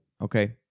okay